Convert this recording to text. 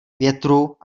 větru